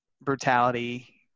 brutality